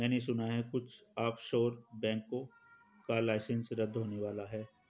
मैने सुना है कुछ ऑफशोर बैंकों का लाइसेंस रद्द होने वाला है